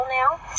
now